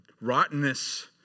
rottenness